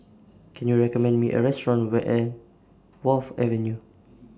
Can YOU recommend Me A Restaurant Where An Wharf Avenue